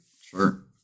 sure